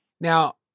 Now